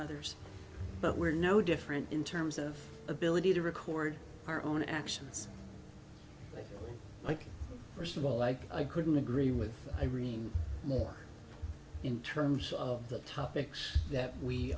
others but we're no different in terms of ability to record our own actions like first of all like i couldn't agree with irene more in terms of the topics that we